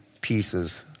pieces